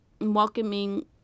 welcoming